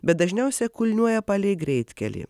bet dažniausia kulniuoja palei greitkelį